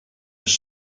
his